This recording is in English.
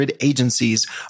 agencies